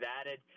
added